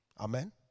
Amen